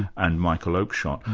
and michael oakeshott.